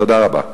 תודה רבה.